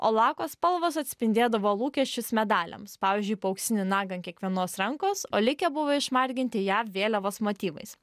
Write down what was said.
o lako spalvos atspindėdavo lūkesčius medaliams pavyzdžiui po auksinį nagą ant kiekvienos rankos o likę buvo išmarginti jav vėliavos motyvais